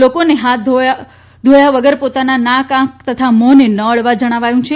લોકોને હાથ ધોયા વગર પોતાના નાક આંખ તથા મોંને ન અડવા જણાવાયું છે